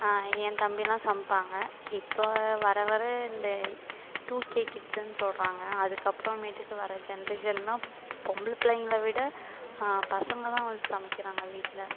என் தம்பிலாம் சமைப்பாங்க இப்போது வர வர இந்த டூ கே கிட்ஸுனு சொல்கிறாங்க அதுக்கப்புறமேட்டுக்கு வர ஜென்ரேஷன்லாம் பொம்பளைப் பிள்ளைங்களை விட பசங்கள் தான் வந்து சமைக்கிறாங்க வீட்டில்